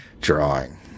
drawing